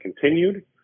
continued